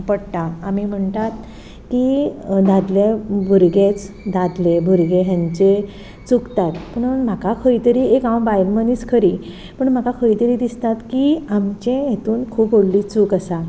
पडटा आमी म्हणटात की दादले भुरगेच दादले भुरगे हांचे चुकता पूण म्हाका खंय तरी एक हांव बायल मनीस खरी पूण म्हाका खंय तरी दिसता की आमचेय हितून खूब व्हडली चूक आसा